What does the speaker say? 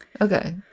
Okay